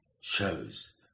shows